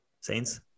Saints